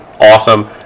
awesome